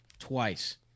twice